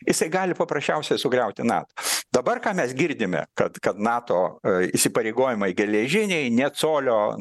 jisai gali paprasčiausiai sugriauti nato dabar ką mes girdime kad kad nato įsipareigojimai geležiniai nė colio